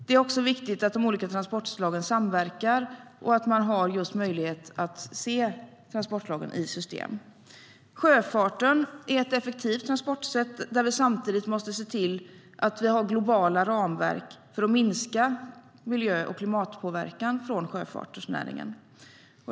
Det är också viktigt att de olika transportslagen samverkar och att man har möjlighet att se transportslagen i system. Sjöfarten är ett effektivt transportsätt där vi samtidigt måste se till att vi har globala ramverk för att minska miljö och klimatpåverkan från sjöfartsnäringen.